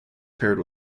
paired